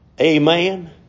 Amen